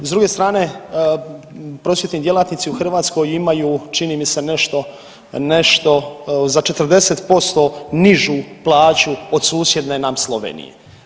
S druge strane prosvjetni djelatnici u Hrvatskoj imaju čini mi se nešto, nešto za 40% nižu plaću od susjedne nam Slovenije.